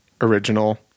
original